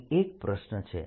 અહીં એક પ્રશ્ન છે